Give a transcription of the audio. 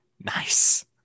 Nice